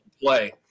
play